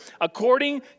according